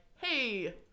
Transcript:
hey